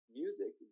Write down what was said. music